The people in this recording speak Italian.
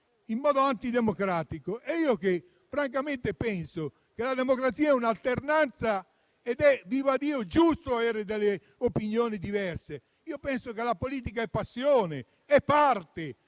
in modo antidemocratico. Io francamente penso che la democrazia sia un'alternanza e che sia giusto avere delle opinioni diverse. Credo che la politica è passione, è parte,